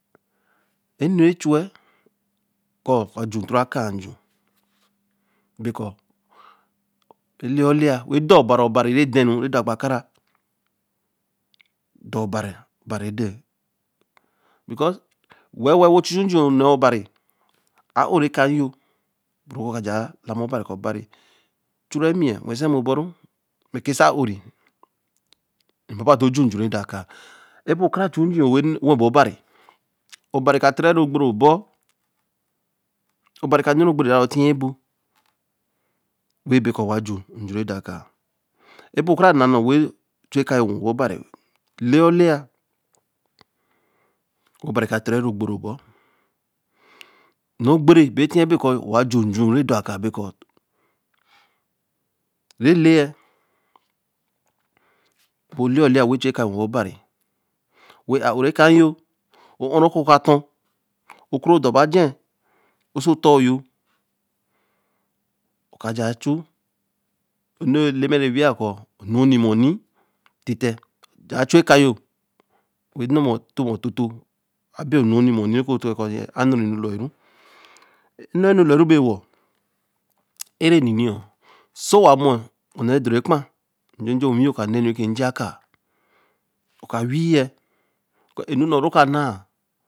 e nu re ju wen kor ka ju ōtoro kaā ju be ku̱r, eleya Ōleeya wen dor ba ra obari re t-n ru re clor gwbe kara because woer-wer chu-chu nju yo nn̄e obari a Ōre kayor, boruka jaā la ma bari, kor bari churemi ye wen se mme bor ru, re ke se Ōre ru ba tor ju nju re dor akēa, Ō bo kara chu njuyo ēwen bo barī Obari ka te re ru gbere ōbor, obari ka n̄ne ogbere re tiye bor, wen be kur wa ju nju re dor kaā, e bo ka ra n̄na nu, wen kayo wen bo obari